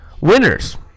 Winners